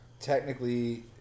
technically